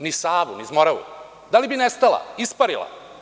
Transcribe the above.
Niz Savu, niz Moravu, da li bi nestala, isparila?